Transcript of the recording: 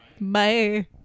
Bye